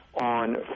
on